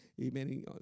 Amen